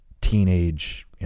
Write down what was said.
teenage